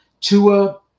Tua